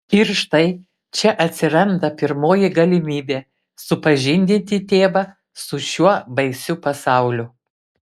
ir štai čia atsiranda pirmoji galimybė supažindinti tėvą su šiuo baisiu pasauliu